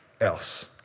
Else